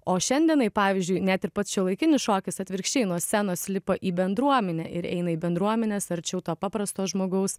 o šiandienai pavyzdžiui net ir pats šiuolaikinis šokis atvirkščiai nuo scenos lipa į bendruomenę ir eina į bendruomenės arčiau to paprasto žmogaus